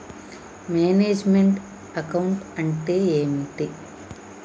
Manage meant account అంటే ఏమిటి?